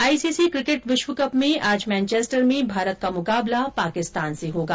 आई C C cricket विश्व cup में आज मैनचेस्टर में भारत का मुकाबला पाकिस्तान से होगा